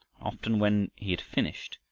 often, when he had finished,